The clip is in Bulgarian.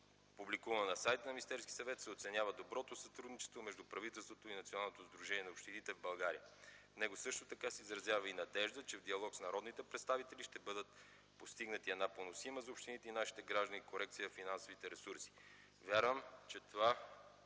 публикувано на сайта на Министерския съвет, се оценява доброто сътрудничество между правителството и Националното сдружение на общините в България. В него също така се изразява и надежда, че в диалог народните представители ще бъдат постигнати една поносима за общините и нашите граждани корекция във финансовите ресурси. Вярвам, че това